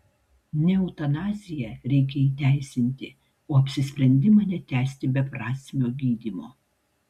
ne eutanaziją reikia įteisinti o apsisprendimą netęsti beprasmio gydymo